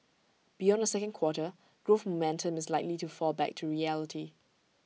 beyond the second quarter growth momentum is likely to fall back to reality